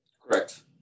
correct